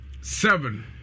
seven